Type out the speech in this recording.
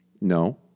No